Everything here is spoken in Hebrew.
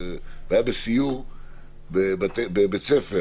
והיה בסיור בבית ספר